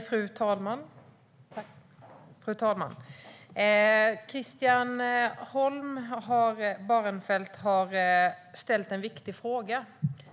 Fru talman! Christian Holm Barenfeld har ställt en viktig fråga.